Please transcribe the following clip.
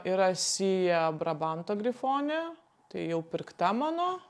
yra sija brabanto grifonė tai jau pirkta mano